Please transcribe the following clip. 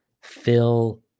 fill